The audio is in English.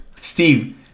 Steve